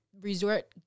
Resort